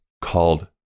called